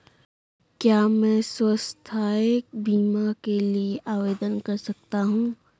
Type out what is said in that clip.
क्या मैं स्वास्थ्य बीमा के लिए आवेदन कर सकता हूँ?